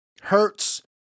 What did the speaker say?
hurts